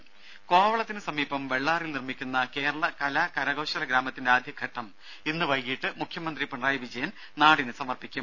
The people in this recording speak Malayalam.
ദേഴ കോവളത്തിനു സമീപം വെള്ളാറിൽ നിർമ്മിക്കുന്ന കേരള കലാ കരകൌശലഗ്രാമത്തിന്റെ ആദ്യഘട്ടം ഇന്ന് വൈകിട്ട് മുഖ്യമന്ത്രി പിണറായി വിജയൻ നാടിനു സമർപ്പിക്കും